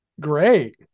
Great